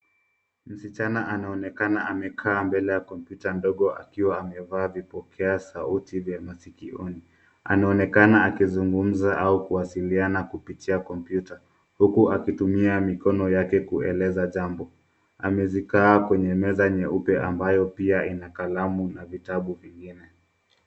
Msichana anaonekana amekaa mbele ya kompyuta ndogo akiwa amevaa vipokea sauti vya masikioni. Anaonekana akizungumza au kuwasiliana kupitia kompyuta. Huku akitumia mikono yake kueleza jambo. Amezikaa kwenye meza nyeupe ambayo pia ina kalamu na vitabu vingine.